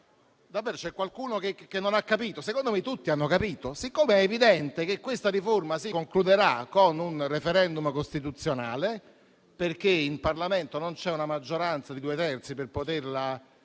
sia. C'è qualcuno che davvero non ha capito? Secondo me tutti hanno capito. Siccome è evidente che questa riforma si concluderà con un *referendum* costituzionale perché nel Parlamento non c'è la maggioranza dei due terzi per poterla